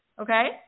okay